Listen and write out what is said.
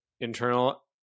internal